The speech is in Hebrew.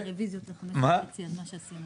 רוויזיה על הסתייגות מספר 2,